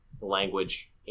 language